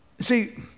See